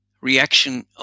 reaction